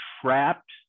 trapped